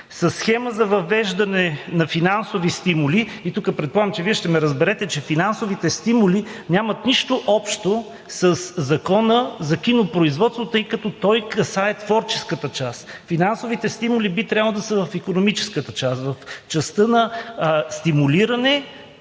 със схема за въвеждане на финансови стимули. Предполагам, че тук Вие ще ме разберете, че финансовите стимули нямат нищо общо със Закона за кинопроизводство, тъй като той касае творческата част. Финансовите стимули би трябвало да са в икономическата част, в частта за стимулиране